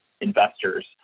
investors